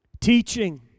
teaching